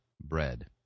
bread